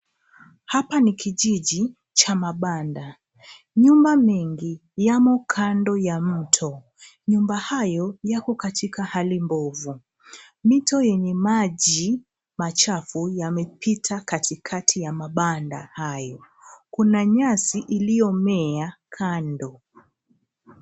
Hapa ni kijiji cha mabanda. Nyumba mingi yamo kando ya mto. Nyumba hayo yako katika hali mbovu. Mito yenye maji machafu yamepita katikati ya mabanda hayo. Kuna nyasi iliyomea kando.